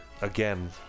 again